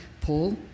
Paul